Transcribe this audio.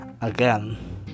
again